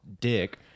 dick